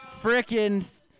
Freaking